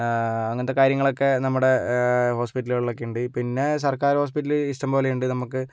അങ്ങനത്തെ കാര്യങ്ങളൊക്കെ നമ്മുടെ ഹോസ്പിറ്റലുകളിലൊക്കെ ഉണ്ട് പിന്നെ സർക്കാർ ഹോസ്പിറ്റൽ ഇഷ്ടംപോലെയുണ്ട് നമ്മൾക്ക്